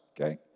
Okay